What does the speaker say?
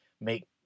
make